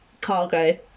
cargo